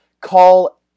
call